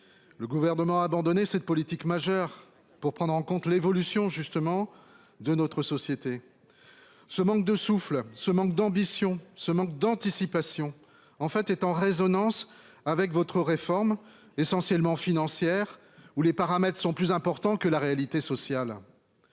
gouvernement a abandonné cette politique pourtant majeure dans la prise en compte de l'évolution de notre société. Ce manque de souffle, ce manque d'ambition, ce manque d'anticipation entrent en résonance avec une réforme essentiellement financière où le paramétrage est plus important que la réalité sociale.